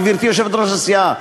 גברתי יושבת-ראש הסיעה,